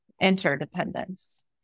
interdependence